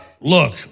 Look